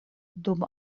dum